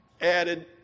added